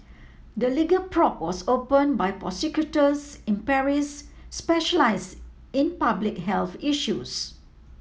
the legal probe was open by prosecutors in Paris specialise in public health issues